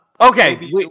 Okay